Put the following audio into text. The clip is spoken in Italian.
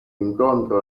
incontra